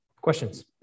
Questions